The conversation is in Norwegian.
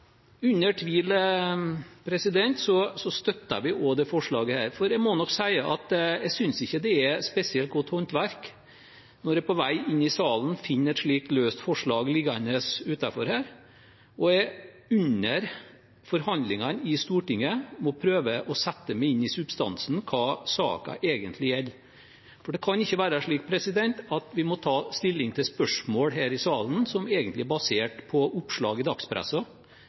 Under tvil støtter vi også dette forslaget, for jeg må nok si at jeg synes ikke det er spesielt godt håndverk når jeg på vei inn i salen finner et slikt løst forslag liggende utenfor her, og jeg under forhandlingene i Stortinget må prøve å sette meg inn i substansen, hva saken egentlig gjelder. For det kan ikke være slik at vi må ta stilling til spørsmål her i salen som egentlig er basert på oppslag i